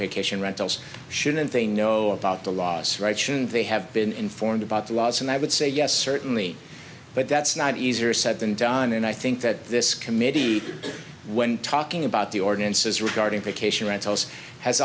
vacation rentals shouldn't they know about the loss right shouldn't they have been informed about the laws and i would say yes certainly but that's not easier said than done and i think that this committee when talking about the ordinances regarding placation rentals has